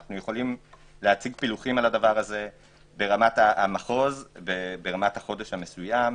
אפשר להציג פילוחים בדבר הזה ברמת המחוז וברמת החודש המסוים.